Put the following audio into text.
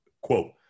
Quote